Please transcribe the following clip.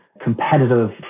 competitive